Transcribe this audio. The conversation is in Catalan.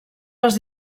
les